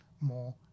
more